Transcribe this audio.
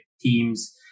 teams